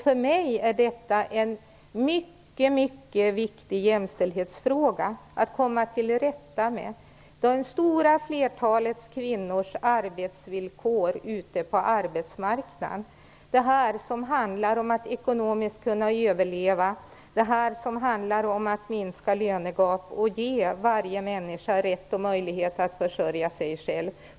För mig är detta en mycket viktig jämställdhetsfråga, att komma till rätta med det stora flertalet kvinnors arbetsvillkor ute på arbetsmarknaden. Det handlar om att ekonomiskt kunna överleva, om att minska lönegapet och om att ge varje människa rätt och möjlighet att försörja sig själv.